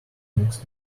next